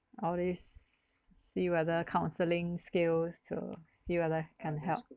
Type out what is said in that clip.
all these see whether counselling skills to see whether can help